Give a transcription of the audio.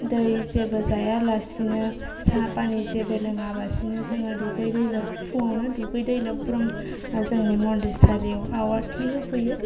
दै जेबो जायालासिनो साहा फानि जेबो लोङाबासिनो जोङो दुगैदै फुंआवनो दुगैदो लोब्रोम जोंनि मन्दिरसालिआव आवाथि होफैयो